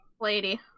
lady